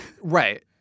Right